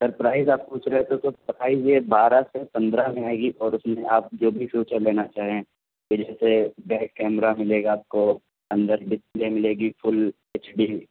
سر price آپ پوچھ رہے تھے تو پرائز یہ بارہ سے پندرہ میں آئے گی اور اس میں آپ جو بھی فیوچر لینا چاہیں کہ جیسے بیک کیمرہ ملے گا آپ کو اندر ڈسپلے ملے گی فل ایچ ڈی